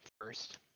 first